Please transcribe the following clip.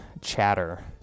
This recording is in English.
chatter